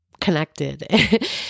connected